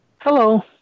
Hello